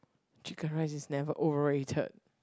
chicken rice is never overrated